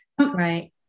Right